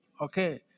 Okay